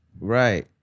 right